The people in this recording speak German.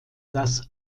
das